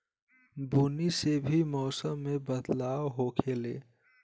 बुनी से भी मौसम मे बदलाव होखेले